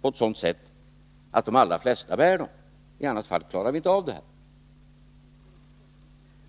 på ett sådant sätt att de allra flesta bär dem — i annat fall klarar vi inte av detta.